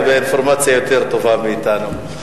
ויודע אינפורמציה יותר טובה מאתנו.